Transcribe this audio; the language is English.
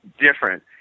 different